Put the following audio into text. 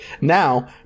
now